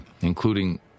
including